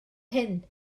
hyn